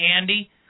Andy